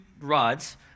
rods